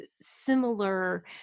similar